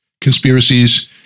conspiracies